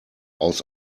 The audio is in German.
aus